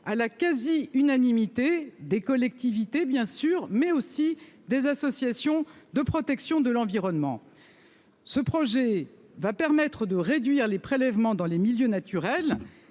à la quasi-unanimité des collectivités, bien sûr, mais aussi des associations de protection de l'environnement, ce projet va permettre de réduire les prélèvements dans les milieux naturels,